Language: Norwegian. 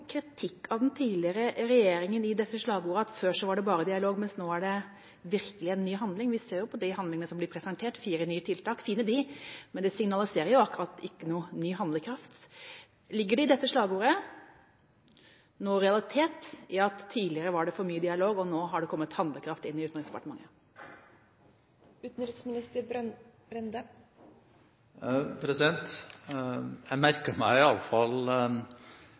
kritikk av den tidligere regjeringa i dette slagordet, at før var det bare dialog, mens nå er det virkelig ny handling? Vi ser jo det som blir presentert, fire nye tiltak. Det er fine tiltak, men de signaliserer ikke akkurat noen ny handlekraft. Ligger det i dette slagordet noen realitet – at det tidligere var for mye dialog, og at det nå har kommet handlekraft inn i Utenriksdepartementet?